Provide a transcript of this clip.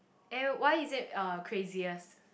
and why is it uh craziest